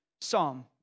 psalm